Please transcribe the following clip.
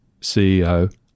CEO